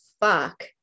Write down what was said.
fuck